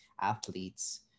athletes